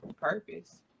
Purpose